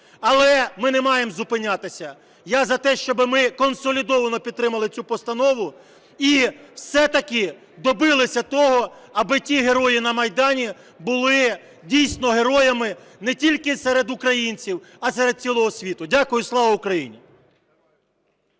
Але ми не маємо зупинятися. Я за те, щоби консолідовано підтримали цю постанову і все-таки добилися того, аби ті герої на Майдані буди дійсно героями не тільки серед українців, а серед цілого світу. Дякую. Слава Україні!